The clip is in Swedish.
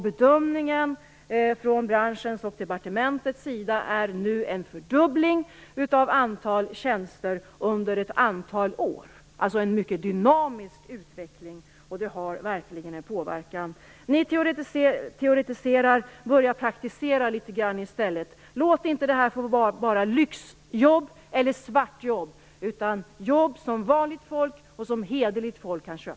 Bedömningen från branschens och departementets sida är nu att det sker en fördubbling av antalet tjänster under ett antal år. Det är alltså en mycket dynamisk utveckling. Det har verkligen en påverkan. Ni teoretiserar bara. Praktisera litet grand i stället! Låt inte det här få vara bara lyxjobb eller svartjobb, utan låt det vara jobb som vanligt, hederligt folk kan köpa!